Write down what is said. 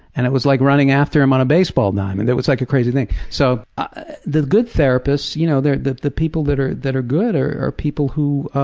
and it was like running after him on a baseball diamond. it was like a crazy thing. so ah the good therapists, you know the the people that are that are good, are are people who,